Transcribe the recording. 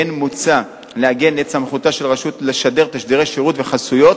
כן מוצע לעגן את סמכותה של הרשות לשדר תשדירי שירות וחסויות.